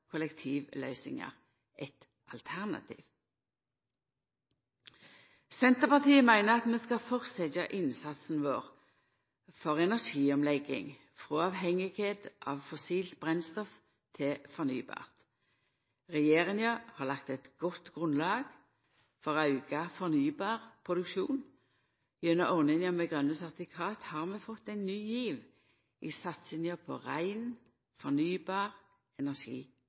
kollektivløysingar eit alternativ. Senterpartiet meiner at vi skal halda fram med innsatsen for energiomlegging frå avhengigheit av fossilt brennstoff til fornybart. Regjeringa har lagt eit godt grunnlag for å auka fornybar produksjon. Gjennom ordninga med grøne sertifikat har vi fått ein ny giv i satsinga på rein fornybar